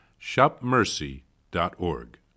shopmercy.org